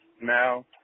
now